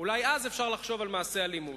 על מעשי אלימות,